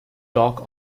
dark